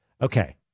Okay